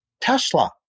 Tesla